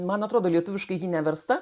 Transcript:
man atrodo lietuviškai ji neversta